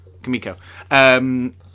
Kamiko